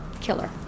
killer